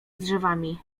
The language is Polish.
drzewami